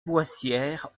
boissière